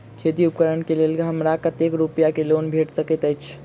खेती उपकरण केँ लेल हमरा कतेक रूपया केँ लोन भेटि सकैत अछि?